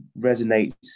resonates